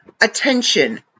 attention